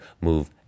move